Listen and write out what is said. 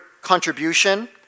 contribution